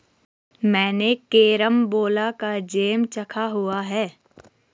मैंने कैरमबोला का जैम चखा हुआ है